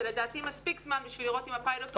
לדעתי זה מספיק זמן כדי לראות אם הפיילוט הוא